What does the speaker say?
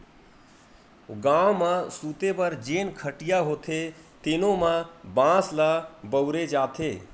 गाँव म सूते बर जेन खटिया होथे तेनो म बांस ल बउरे जाथे